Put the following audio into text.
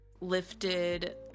lifted